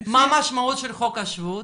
מה המשמעות של חוק השבות?